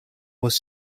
was